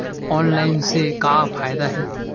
Online से का फ़ायदा हे?